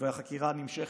והחקירה נמשכת.